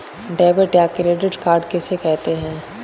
Debit या credit card किसे कहते हैं?